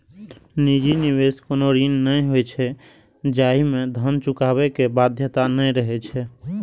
निजी निवेश कोनो ऋण नहि होइ छै, जाहि मे धन चुकाबै के बाध्यता नै रहै छै